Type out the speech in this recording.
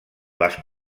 les